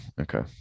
okay